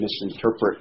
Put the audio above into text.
misinterpret